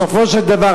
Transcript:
בסופו של דבר,